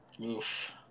Oof